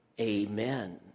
Amen